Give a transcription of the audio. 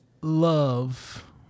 love